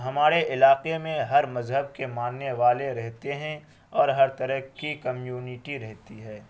ہمارے علاقے میں ہر مذہب کے ماننے والے رہتے ہیں اور ہر طرح کی کمیونٹی رہتی ہے